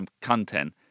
content